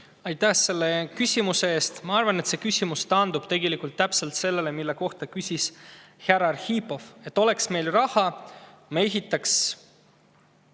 Aitäh selle küsimuse eest! Ma arvan, et see küsimus taandub tegelikult täpselt sellele, mille kohta küsis härra Arhipov. Kui meil oleks raha, siis me ehitaks